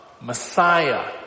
Messiah